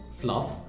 fluff